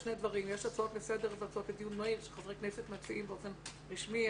הצעות לסדר והצעות לדיון מהיר שחברי כנסת מציעים באופן רשמי,